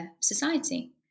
society